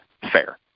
fair